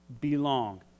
belong